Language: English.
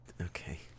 Okay